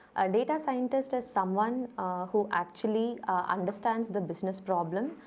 data scientist is someone who actually understand the business problem.